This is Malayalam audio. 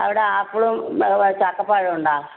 അവിടെ ആപ്പിളും ചക്കപ്പഴവും ഉണ്ടോ